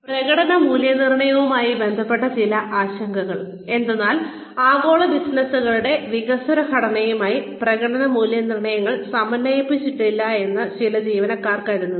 പ്രകടന മൂല്യനിർണ്ണയവുമായി ബന്ധപ്പെട്ട ചില ആശങ്കകൾ എന്തെന്നാൽ ആഗോള ബിസിനസ്സുകളുടെ വികസ്വര ഘടനയുമായി പ്രകടന മൂല്യനിർണ്ണയങ്ങൾ സമന്വയിപ്പിച്ചിട്ടില്ലെന്ന് ചില ജീവനക്കാർ കരുതുന്നു